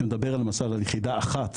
שמדבר על יחידה אחת